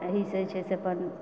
एहिसँ जे छै से अपन